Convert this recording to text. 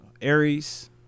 Aries